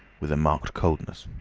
with a marked coldness.